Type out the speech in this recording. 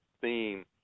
theme